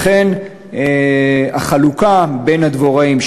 לכן החלוקה בין הדבוראים,